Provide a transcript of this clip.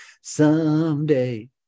Someday